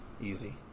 Easy